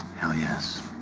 hell yes.